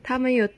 他们有